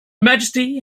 majesty